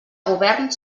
govern